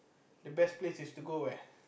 the best place is to go where